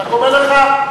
אני רק אומר לך,